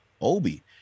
Obi